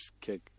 kick